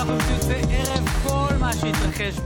והשני הינו מענק למובטלת המוצאת עבודה בשכר הנמוך משכרה הקודם,